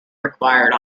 required